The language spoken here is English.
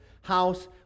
house